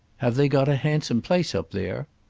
have they got a handsome place up there?